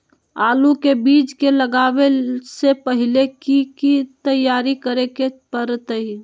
आलू के बीज के लगाबे से पहिले की की तैयारी करे के परतई?